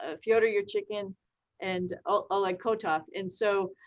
ah fyodor yurchikhin and oleg kotov. and so,